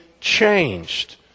changed